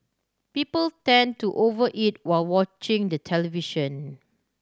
people tend to over eat while watching the television